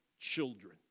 children